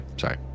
Sorry